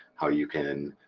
how you can